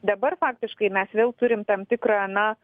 dabar faktiškai mes vėl turim tam tikrą na